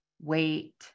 wait